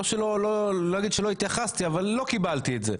לא אגיד שלא התייחסתי אבל לא קיבלתי את זה,